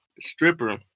Stripper